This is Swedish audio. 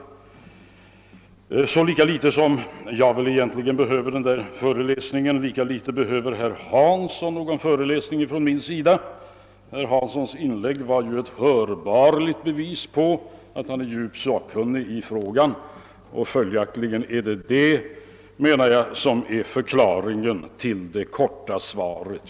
Lika litet som jag behöver någon föreläsning behöver herr Hansson någon föreläsning från min sida. Herr Hanssons inlägg var ju ett hörbart bevis på att han är djupt sakkunnig i frågan. Det är också förklaringen till det korta svaret.